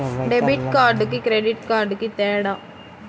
Debit కార్డుకి credit కార్డుకి తేడా?